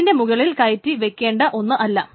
അതിന്റെ മുകളിൽ കയറ്റി വയ്ക്കേണ്ട ഒന്ന് അല്ല